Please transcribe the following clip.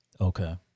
okay